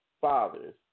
fathers